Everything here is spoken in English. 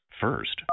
First